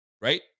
right